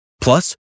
Plus